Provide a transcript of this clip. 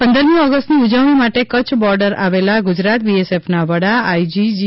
પંદરમી ઓગસ્ટની ઉજવણી માટે કચ્છ બોર્ડર આવેલા ગુજરાત બીએસએફનાં વડા એવા આઈજી જી